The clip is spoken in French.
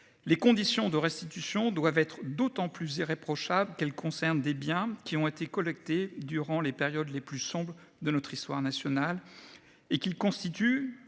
Les conditions de restitution doivent être d'autant plus irréprochables qu'elle concerne des biens qui ont été collectées durant les périodes les plus sombres de notre histoire nationale et qui constitue